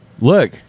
Look